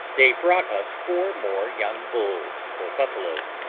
they brought us four more young bulls, or buffaloes,